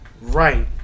right